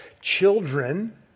Children